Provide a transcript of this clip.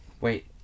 Wait